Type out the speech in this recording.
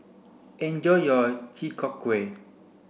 enjoy your Chi Kak Kuih